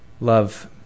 Love